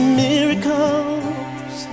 miracles